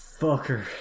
fucker